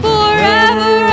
Forever